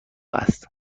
است